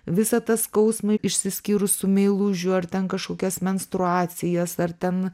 visą tą skausmą išsiskyrus su meilužiu ar ten kažkokias menstruacijos ar ten